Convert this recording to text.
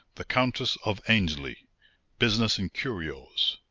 the countess of aynesley business in curios.